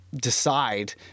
decide